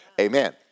Amen